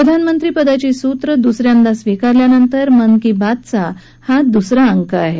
प्रधानमंत्री पदाची सूत्र दुसऱ्यांदा स्वीकारल्यानंतर मन की बात चा हा दुसरा अंक आहे